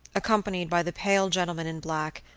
accompanied by the pale gentleman in black,